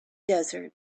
desert